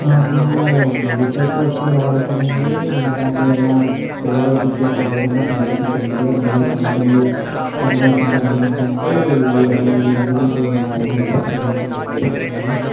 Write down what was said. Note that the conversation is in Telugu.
నాకు ఇంగ్లీషు అయితే ఎక్కువ రాదు కానీ అండి నాకు నా పిల్లడైతే ఇంట్లో ఖాళీగా ఉన్నప్పుడు నేర్పించండి రెండు వేల పంతొమ్మిది కరోనా వచ్చిన టైంలో ఏంటంటే ఈ అనేది ఈ అనేది మా వాడు నేర్పించాడు నాకు ఈ ఆంగ్లభాష అనేది